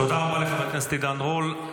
תודה רבה לחבר הכנסת עידן רול.